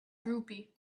droopy